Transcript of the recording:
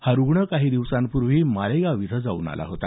हा रुग्ण काही दिवसांपूर्वी मालेगाव इथं जाऊन आला होता